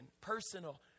personal